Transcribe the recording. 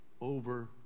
over